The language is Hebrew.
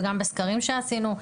וגם בסקרים שעשינו,